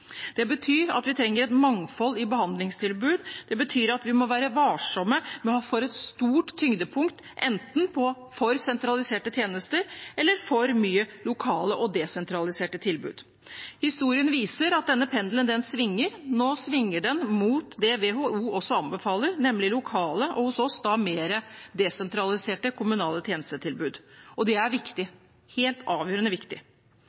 Det betyr at vi trenger et mangfold av behandlingstilbud, det betyr at vi må være varsomme med å ha et for stort tyngdepunkt på enten for sentraliserte tjenester eller for mye lokale og desentraliserte tilbud. Historien viser at denne pendelen svinger. Nå svinger den mot det WHO også anbefaler, nemlig lokale og hos oss da mer desentraliserte, kommunale tjenestetilbud. Det er viktig – helt avgjørende viktig.